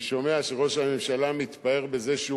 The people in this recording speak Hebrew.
אני שומע שראש הממשלה מתפאר בזה שהוא